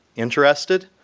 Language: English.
interested?